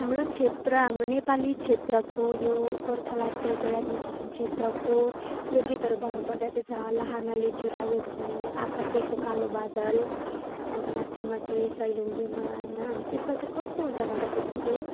हाम्रो क्षेत्र हाम्रो नेपाली क्षेत्रको यो गोर्खाल्यान्ड टेरिटोरियल एडमिनिसट्रेसन क्षेत्रको लोक गीतहरू भन्नु पर्दा चाहिँ छ लाहनाले जुरायो कि आकाशैको कालो बादल अन्त माथि माथि सैलुङ्गेमा होइन त्यसमा चाहिँ कस्तो हुन्छ भन्दाखेरि चाहिँ